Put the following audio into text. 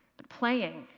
but playing.